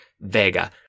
Vega